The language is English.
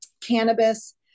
cannabis